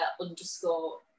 underscore